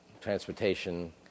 transportation